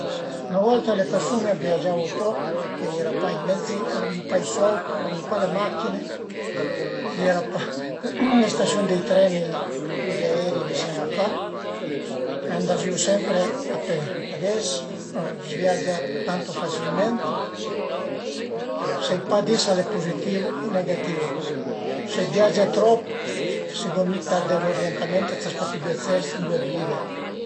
Üna volta le persun-e a viagiavu poch e a i era pa i mezzi, al avìu pa i sold, al avìu pa le macchine, a i era pa le stasiun di treni u gli aerei vizin a ca e andazìu sempre a pe, ades a s'viagia tantu facilment. Sai pa di s'al e puzitìu u negatìu, se viage trop secund mi perde l'uritentament, sas pa pi ëndua ses, ëndua vive